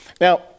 Now